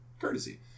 courtesy